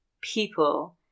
people